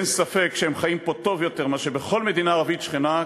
אין ספק שהם חיים פה טוב יותר מאשר בכל מדינה ערבית שכנה,